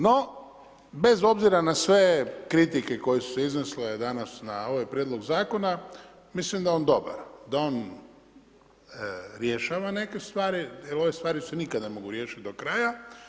No, bez obzira na sve kritike, koje su se iznosile danas, na ovaj prijedlog zakona, mislim da je on dobar, da on rješava neke stvari, jer ove stvari se nikada ne mogu riješiti do kraja.